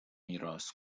میراث